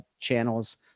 channels